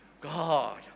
God